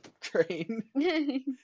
train